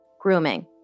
Grooming